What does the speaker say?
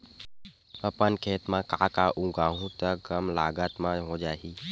अपन खेत म का का उगांहु त कम लागत म हो जाही?